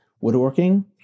woodworking